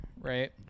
right